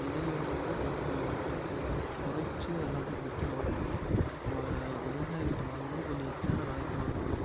விலையை வந்து கொஞ்சம் கொறைச்சி எல்லாத்துக்கும் விற்கணும் ம விவசாயிக்கிட்ட வாங்கும்போது கொஞ்சம் எச்ட்சான விலைக்கி வாங்கணும்